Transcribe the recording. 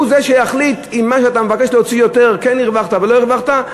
והוא זה שיחליט אם מה שאתה מבקש להוציא יותר כן הרווחת או לא הרווחת,